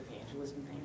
evangelism